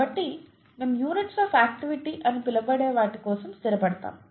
కాబట్టి మేము units of activity అని పిలవబడే వాటి కోసం స్థిరపడతాము